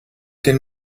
den